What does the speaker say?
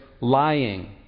lying